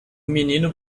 menino